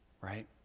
right